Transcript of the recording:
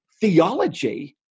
theology